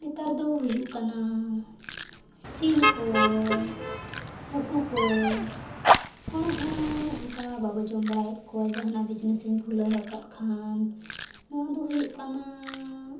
ᱱᱮᱛᱟᱨ ᱫᱚ ᱦᱩᱭᱩᱜ ᱠᱟᱱᱟ ᱥᱤᱢ ᱠᱚ ᱦᱟᱹᱠᱩ ᱠᱚ ᱦᱚᱲ ᱦᱚᱸ ᱚᱱᱠᱟ ᱵᱟᱵᱚ ᱡᱚᱢ ᱵᱟᱲᱟᱭᱮᱫ ᱠᱚᱣᱟ ᱡᱟᱦᱟᱱᱟᱜ ᱵᱤᱡᱽᱱᱮᱥ ᱤᱧ ᱠᱷᱩᱞᱟᱹᱣ ᱟᱠᱟᱫ ᱠᱷᱟᱱ ᱱᱚᱣᱟ ᱫᱚ ᱦᱩᱭᱩᱜ ᱠᱟᱱᱟ